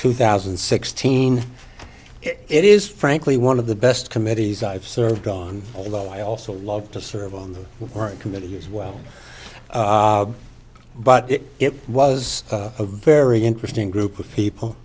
two thousand and sixteen it is frankly one of the best committees i've served on a low i also love to serve on the committee as well but it was a very interesting group of people